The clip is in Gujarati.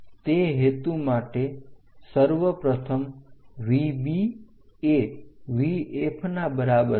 તે હેતુ માટે સર્વપ્રથમ VB એ VF ના બરાબર છે